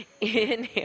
Inhale